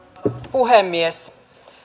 puhemies